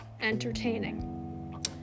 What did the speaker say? entertaining